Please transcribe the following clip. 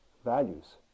values